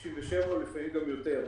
97%, לפעמים גם יותר.